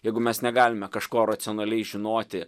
jeigu mes negalime kažko racionaliai žinoti